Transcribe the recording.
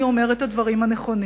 אני אומר את הדברים הנכונים,